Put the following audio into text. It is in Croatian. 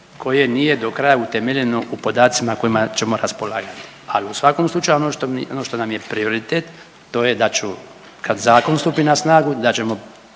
koje nije do kraja utemeljeno u podacima kojima ćemo raspolagati, ali u svakom slučaju, ali u svakom slučaju, ono što nam je prioritet, to je da ću kad zakon stupi na snagu, da ćemo